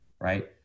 right